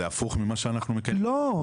זה הפוך ממה שאנחנו --- לא,